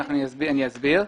אני אסביר.